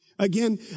Again